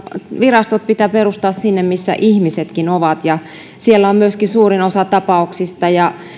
virastot pitää perustaa sinne missä ihmisetkin ovat ja siellä on myöskin suurin osa tapauksista